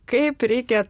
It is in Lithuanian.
kaip reikia